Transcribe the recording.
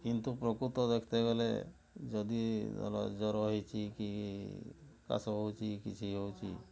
କିନ୍ତୁ ପ୍ରକୃତ ଦେଖିବାକୁ ଗଲେ ଯଦି ଧର ଜ୍ୱର ହେଇଛି କି କାଶ ହେଉଛି କିଛି ହେଉଛି